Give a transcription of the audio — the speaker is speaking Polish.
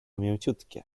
mięciutkie